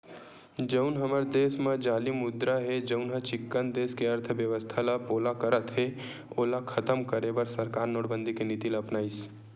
जउन हमर देस म जाली मुद्रा हे जउनहा चिक्कन देस के अर्थबेवस्था ल पोला करत हे ओला खतम करे बर सरकार नोटबंदी के नीति ल अपनाइस